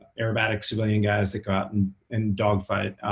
aerobatic civilian guys that got and in dogfight.